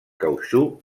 cautxú